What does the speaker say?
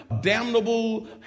damnable